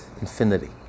infinity